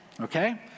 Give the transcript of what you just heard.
Okay